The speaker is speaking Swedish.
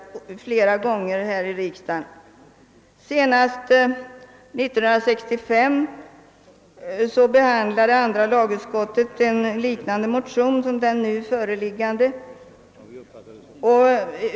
Senast år 1965 behandlade andra lagutskottet en motion av samma innebörd sam den nu föreliggande.